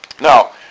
Now